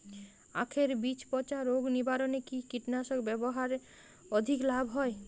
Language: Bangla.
আঁখের বীজ পচা রোগ নিবারণে কি কীটনাশক ব্যবহারে অধিক লাভ হয়?